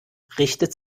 richtet